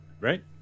right